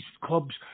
clubs